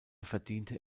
verdiente